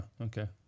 okay